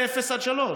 בגילים של אפס עד שלוש.